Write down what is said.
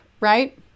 right